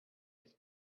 this